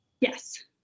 Yes